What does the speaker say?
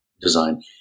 design